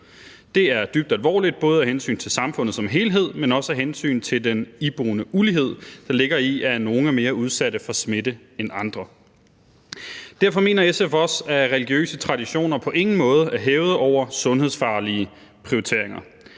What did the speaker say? Det er dybt alvorligt, både af hensyn til samfundet som helhed, men også af hensyn til den iboende ulighed, der ligger i, at nogle er mere udsat for smitte end andre. Derfor mener SF også, at religiøse traditioner på ingen måde er hævet over sundhedsfaglige prioriteringer.